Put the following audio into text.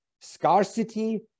scarcity